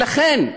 ולכן,